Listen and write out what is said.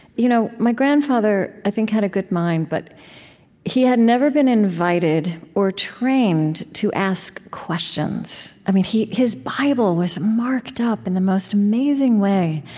you know my grandfather, i think, had a good mind, but he had never been invited or trained to ask questions. i mean, his his bible was marked up in the most amazing way.